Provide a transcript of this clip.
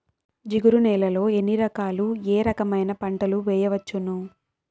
జిగురు నేలలు ఎన్ని రకాలు ఏ రకమైన పంటలు వేయవచ్చును?